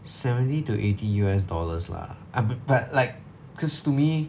seventy to eighty U_S dollars lah ah bu~ but like because to me